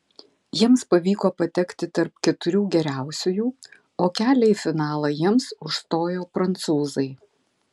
jiems pavyko patekti tarp keturių geriausiųjų o kelią į finalą jiems užstojo prancūzai